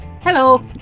Hello